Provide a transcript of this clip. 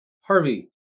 Harvey